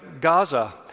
Gaza